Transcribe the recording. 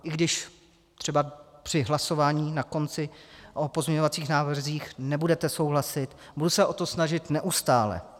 I když třeba při hlasování na konci o pozměňovacích návrzích nebudete souhlasit, budu se o to snažit neustále.